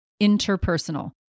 Interpersonal